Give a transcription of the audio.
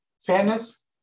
fairness